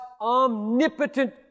omnipotent